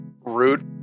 root